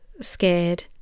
scared